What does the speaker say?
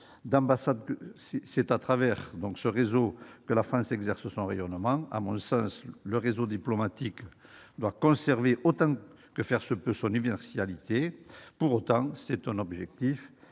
dense d'ambassades que la France exerce son rayonnement. À mon sens, le réseau diplomatique doit conserver, autant que faire se peut, son universalité. Pour autant, c'est un objectif